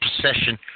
procession